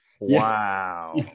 wow